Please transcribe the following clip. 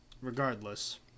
regardless